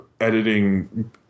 editing